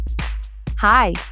Hi